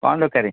କାଣା ଦରକାର